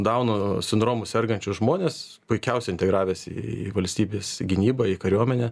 dauno sindromu sergančius žmones puikiausiai integravęs į į valstybės gynybą į kariuomenę